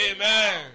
Amen